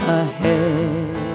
ahead